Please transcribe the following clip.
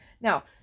now